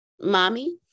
mommy